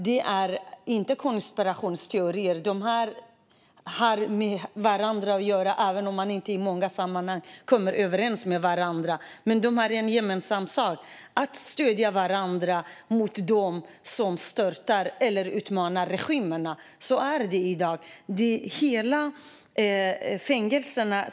Detta är ingen konspirationsteori - dessa länder har med varandra att göra även om de i många sammanhang inte kommer överens. Dessa regimer har en gemensam anledning att stötta varandra mot dem som störtar eller utmanar dem. Så är det i dag.